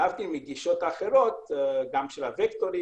להבדיל מגישות אחרות, גם של הווקטורים,